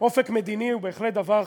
אופק מדיני הוא בהחלט דבר חשוב,